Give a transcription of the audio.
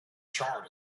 charred